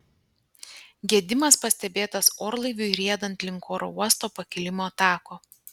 gedimas pastebėtas orlaiviui riedant link oro uosto pakilimo tako